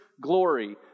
glory